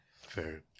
Fair